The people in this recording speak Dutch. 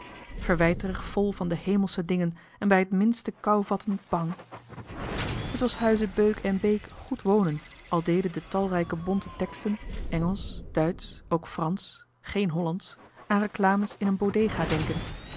verwijterig vol van de hemelsche dingen en bij het minste kouvatten bàng t was huize beuk en beek goed wonen al deden de talrijke bonte teksten engelsch duitsch ook fransch geen hollandsch aan reclames in een bodéga denken